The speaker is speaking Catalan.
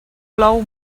plou